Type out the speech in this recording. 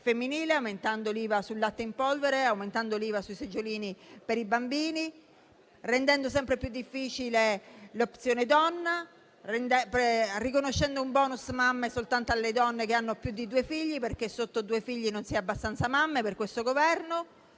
femminile, aumentando l'IVA sul latte in polvere, aumentando l'IVA sui seggiolini per i bambini e rendendo sempre più difficile l'Opzione donna, riconoscendo un *bonus* mamme soltanto alle donne che hanno più di due figli, perché sotto due figli non si è abbastanza mamme per questo Governo